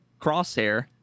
crosshair